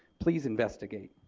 please investigate.